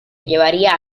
llevaría